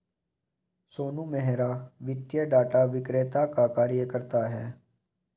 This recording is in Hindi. सोनू मेहरा वित्तीय डाटा विक्रेता का कार्य करता है